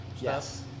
Yes